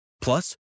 Plus